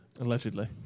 Allegedly